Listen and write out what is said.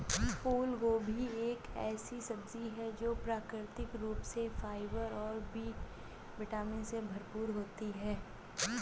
फूलगोभी एक ऐसी सब्जी है जो प्राकृतिक रूप से फाइबर और बी विटामिन से भरपूर होती है